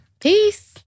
Peace